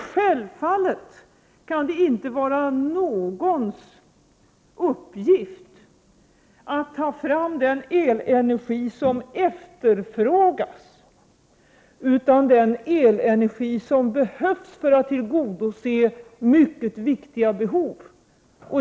Självfallet kan det inte vara en uppgift för någon att ta fram den elenergi som efterfrågas, utan det är att ta fram den elenergi som behövs för att tillgodose mycket viktiga behov.